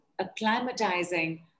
acclimatizing